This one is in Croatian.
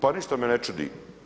Pa ništa me ne čudi.